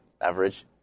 average